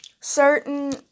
certain